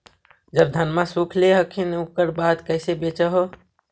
जब धनमा सुख ले हखिन उकर बाद कैसे बेच हो?